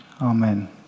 Amen